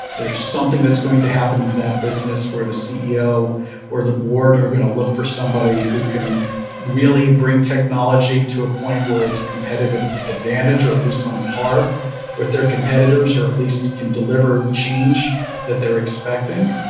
there's something that's going to happen to that business where the ceo or the board are going to look for somebody who can really bring technology to a point where it's a competitive advantage of at least on par with their competitors or at least can deliver change that they're expecting.